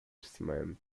cement